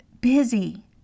busy